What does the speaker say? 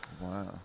Wow